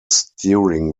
steering